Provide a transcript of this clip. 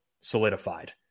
solidified